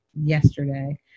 yesterday